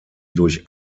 durch